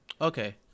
okay